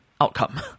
outcome